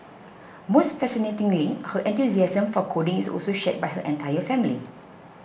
most fascinatingly her enthusiasm for coding is also shared by her entire family